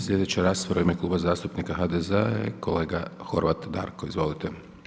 Sljedeća rasprava u ime Kluba zastupnika HDZ-a je kolega Horvat Darko, izvolite.